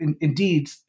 indeed